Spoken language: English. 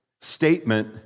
statement